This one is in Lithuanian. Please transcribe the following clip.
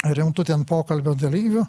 rimtu ten pokalbio dalyviu